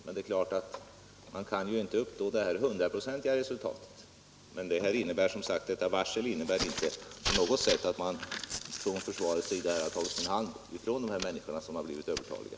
Det är klart att man inte kan uppnå ett 100-procentigt gott resultat, men detta innebär inte på något sätt att man från försvarets sida har tagit sin hand ifrån dessa människor som har blivit övertaliga.